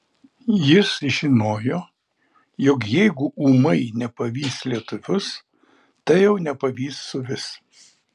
jis žinojo jog jeigu ūmai nepavys lietuvius tai jau nepavys suvis